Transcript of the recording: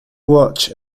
watch